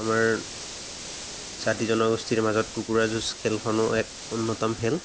আমাৰ জাতি জনগোষ্ঠীৰ মাজত কুকুৰাৰ যুঁজ খেলখনো এক উন্নতম খেল